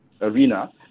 arena